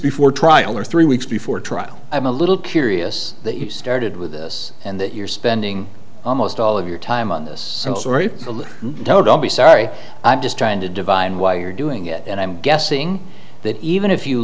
before trial or three weeks before trial i'm a little curious that you started with this and that you're spending almost all of your time on this story will be sorry i'm just trying to divine why you're doing it and i'm guessing that even if you